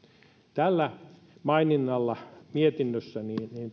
tällä maininnalla mietinnössä